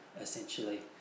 essentially